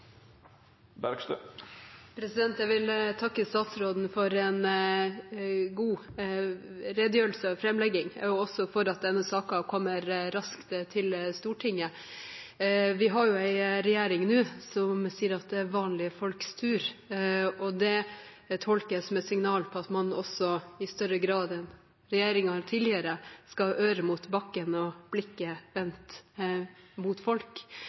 Jeg vil takke statsråden for en god redegjørelse og framlegging og også for at denne saken kommer raskt til Stortinget. Vi har en regjering nå som sier at det er vanlige folks tur, og det tolkes som et signal om at man også i større grad enn regjeringen man har hatt tidligere, skal ha øret mot bakken og blikket vendt